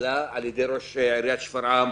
הוא עלה על ידי ראש עיריית שפרעם.